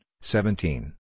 seventeen